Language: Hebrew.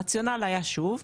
הרציונל היה שוב,